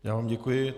Já vám děkuji.